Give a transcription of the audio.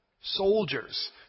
Soldiers